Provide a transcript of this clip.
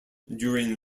during